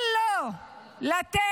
אל לו לתת